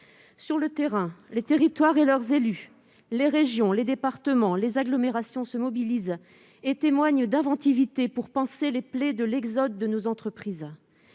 Sur le terrain, les territoires et leurs élus, les régions, les départements, les agglomérations se mobilisent et font preuve d'inventivité pour panser les plaies de l'exode de nos entreprises.